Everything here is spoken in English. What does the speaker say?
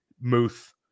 Muth